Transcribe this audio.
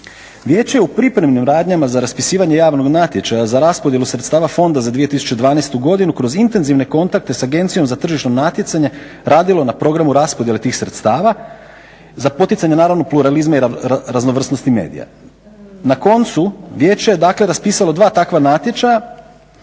Vijeće je u pripremnim radnjama za raspisivanje javnog natječaja za raspodjelu sredstava Fonda za 2012.godinu kroz intenzivne kontakte sa Agencijom za tržišno natjecanje radilo na programu raspodjele tih sredstava, za poticanje naravno pluralizma i raznovrsnosti medija. Na koncu Vijeće je dakle raspisalo dva takva natječaja